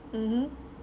mmhmm